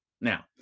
Now